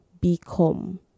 become